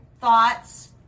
thoughts